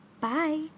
Bye